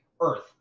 Earth